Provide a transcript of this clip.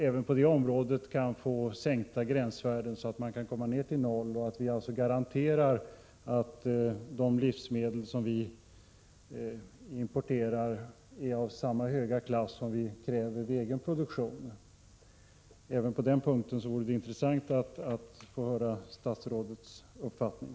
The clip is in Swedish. Även på detta område bör vi sänka gränsvärdena ner till noll, så att vi kan garantera att de livsmedel som importeras är av samma höga klass som vi kräver av den egna produktionen. Även i detta avseende vore det intressant att få höra statsrådets uppfattning.